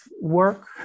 work